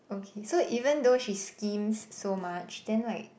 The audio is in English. okay so even though she schemes so much then like